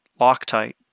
Loctite